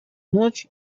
ночь